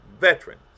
veterans